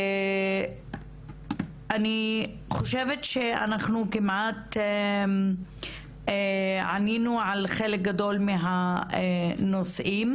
אני חושבת שאנחנו כמעט ענינו על חלק גדול מהנושאים